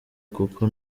kuko